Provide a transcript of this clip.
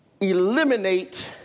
eliminate